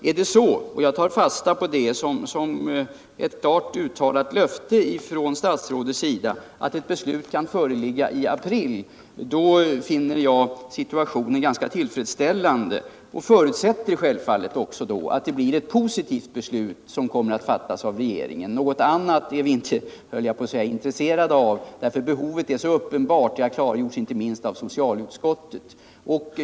Är det så - och jag tar fasta på det som ett klart uttalat löfte av statsrådet — att ett beslut kan föreligga i april, finner jag situationen äntligen ganska tillfredsställande och förutsätter då självfallet också att det blir ett positivt beslut som kommer att fattas av regeringen. Något annat är vi inte intresserade av, eftersom behovet är så uppenbart. Detta har klartgjorts, inte minst av socialutskottet.